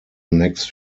next